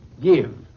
give